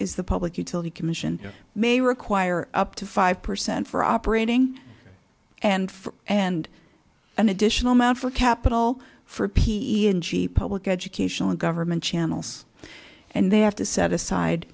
is the public utility commission may require up to five percent for operating and for and an additional amount for capital for p e n g public educational and government channels and they have to set aside